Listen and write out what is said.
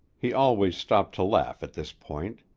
he always stopped to laugh at this point.